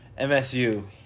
MSU